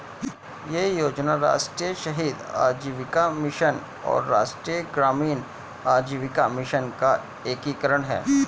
यह योजना राष्ट्रीय शहरी आजीविका मिशन और राष्ट्रीय ग्रामीण आजीविका मिशन का एकीकरण है